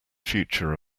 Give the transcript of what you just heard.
future